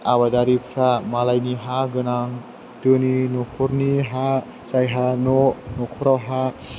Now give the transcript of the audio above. आबादारिफोरा मालायनि हा गोनां धोनि न'खरनि हा जायहा न'खराव हा